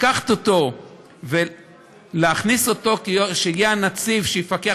לקחת אותו ולמנות אותו שיהיה הנציב שיפקח